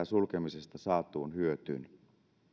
sulkemisesta saatuun hyötyyn